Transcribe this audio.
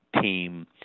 team